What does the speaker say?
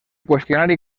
qüestionari